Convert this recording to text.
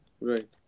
Right